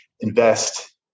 invest